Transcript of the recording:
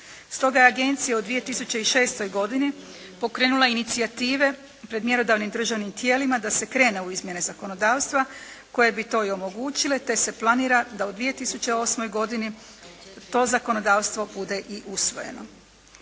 Stoga je agencija u 2006. godini pokrenula inicijative pred mjerodavnim državnim tijelima da se krene u izmjene zakonodavstva koje bi to i omogućile te se planira da u 2008. godini to zakonodavstvo bude i usvojeno.